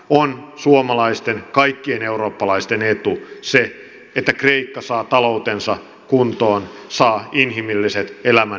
on suomalaisten kaikkien eurooppalaisten etu se että kreikka saa taloutensa kuntoon saa inhimilliset elämän edellytykset